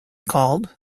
called